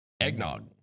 Eggnog